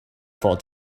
four